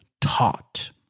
taught